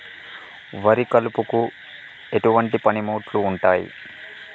వరి కలుపుకు ఎటువంటి పనిముట్లు ఉంటాయి?